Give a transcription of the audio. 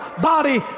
body